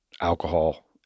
alcohol